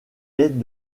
est